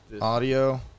audio